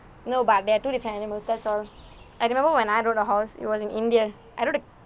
no but they are two different animals that's all I remember when I rode a horse it was in india I rode a